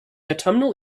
autumnal